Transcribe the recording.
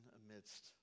amidst